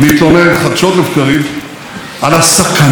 להתלונן חדשות לבקרים על הסכנה,